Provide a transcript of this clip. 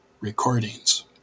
recordings